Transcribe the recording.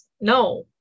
No